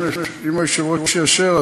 אם היושב-ראש יאשר,